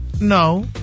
No